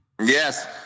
Yes